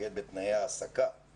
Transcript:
תתמקד בתנאי ההעסקה של הפסיכולוגים.